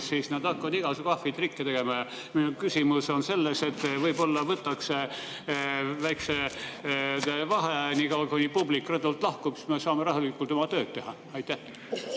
siis nad hakkavad igasuguseid ahvitrikke tegema. Mu küsimus on selline, et võib-olla võtaks väikese vaheaja, niikaua kui publik rõdult lahkub. Siis me saame rahulikult oma tööd teha. Aitäh,